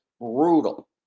brutal